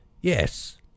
yes